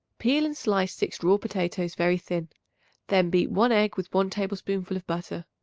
peel and slice six raw potatoes very thin then beat one egg with one tablespoonful of butter.